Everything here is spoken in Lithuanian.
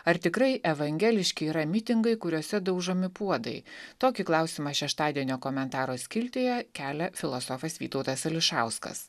ar tikrai evangeliški yra mitingai kuriuose daužomi puodai tokį klausimą šeštadienio komentaro skiltyje kelia filosofas vytautas ališauskas